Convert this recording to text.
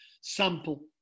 sample